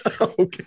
Okay